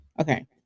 Okay